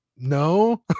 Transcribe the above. No